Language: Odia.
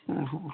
ଉଁ ହୁଁ ହୁଁ